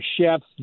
chefs